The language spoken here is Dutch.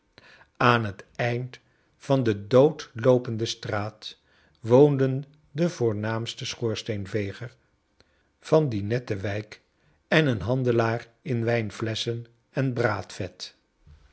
aan het eind van de dood loopende straat woonden de voornaamste schoorstoenveger van die nette wtjk en een handelaar in wijnflesschen en braadvct